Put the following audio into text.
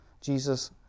Jesus